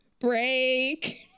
Break